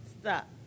Stop